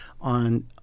on